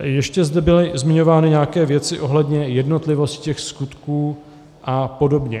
Ještě zde byly zmiňovány nějaké věci ohledně jednotlivosti těch skutků apod.